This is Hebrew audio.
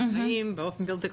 באים באופן בלתי חוקי.